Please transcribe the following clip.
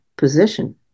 position